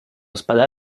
spada